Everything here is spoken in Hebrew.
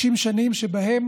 50 שנים שבהן